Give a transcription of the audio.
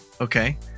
Okay